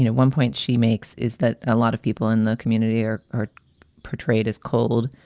one point she makes is that a lot of people in the community are are portrayed as cold,